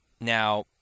Now